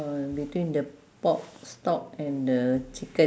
between the pork stock and the chicken